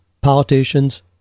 politicians